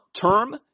term